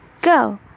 go